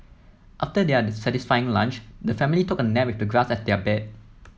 after their satisfying lunch the family took a nap with the grass as their bed